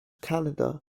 canada